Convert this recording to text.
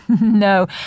No